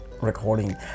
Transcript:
recording